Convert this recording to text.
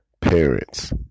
parents